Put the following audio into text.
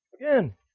Again